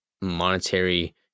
monetary